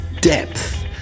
depth